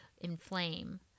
inflame